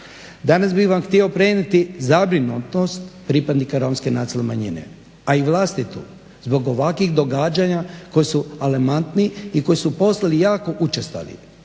Danas bi vam htio prenijeti zabrinutost pripadnika romske nacionalne manjine, a i vlastitu zbog ovakvih događanja koja su alarmantna i koja su postala jako učestala.